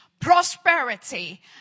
Prosperity